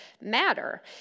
matter